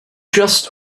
just